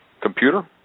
computer